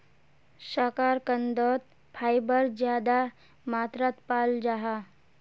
शकार्कंदोत फाइबर ज्यादा मात्रात पाल जाहा